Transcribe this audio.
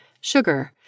Sugar